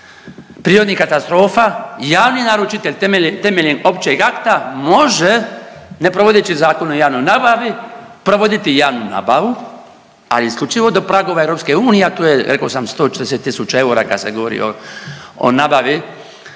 prirodnih katastrofa javni naručitelj temeljem općeg akta može ne provodeći Zakon o javnoj nabavi provoditi javnu nabavu, ali isključivo do pragova EU, a tu je rekao sam 140 000 eura kad se govori o nabavi